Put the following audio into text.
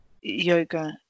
yoga